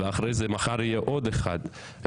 ומחר יהיה עוד אחד.